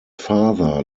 father